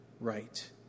right